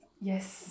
Yes